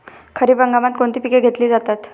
खरीप हंगामात कोणती पिके घेतली जातात?